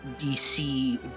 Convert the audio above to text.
DC